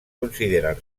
consideren